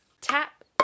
Tap